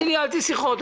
אני ניהלתי שיחות.